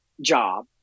job